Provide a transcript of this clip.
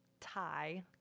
tie